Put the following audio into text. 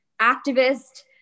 activist